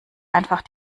einfach